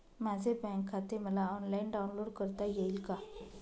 माझे बँक खाते मला ऑनलाईन डाउनलोड करता येईल का?